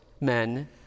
men